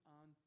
on